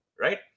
right